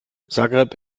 zagreb